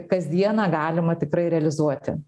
kasdieną galima tikrai realizuoti